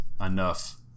enough